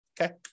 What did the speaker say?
Okay